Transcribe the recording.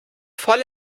voll